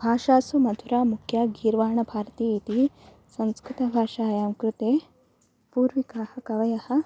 भाषासु मधुरा मुख्या गीर्वाणभारति इति संस्कृतभाषायां कृते पूर्विकाः कवयः